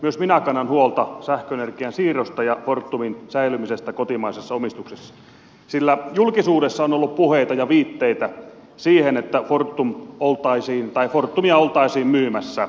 myös minä kannan huolta sähköenergian siirrosta ja fortumin säilymisestä kotimaisessa omistuksessa sillä julkisuudessa on ollut puheita ja viitteitä siitä että fortumia oltaisiin myymässä